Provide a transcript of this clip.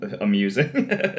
amusing